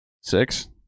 six